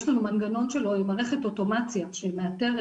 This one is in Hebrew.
יש לנו מנגנון של מערכת אוטומציה שמאתרת